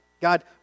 God